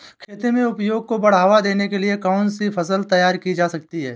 खेती में उपज को बढ़ावा देने के लिए कौन सी फसल तैयार की जा सकती है?